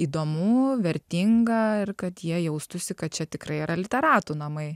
įdomu vertinga ir kad jie jaustųsi kad čia tikrai yra literatų namai